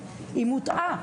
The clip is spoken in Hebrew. היא מוטעה,